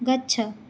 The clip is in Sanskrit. गच्छ